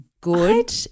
good